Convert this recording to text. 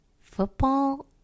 football